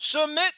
Submit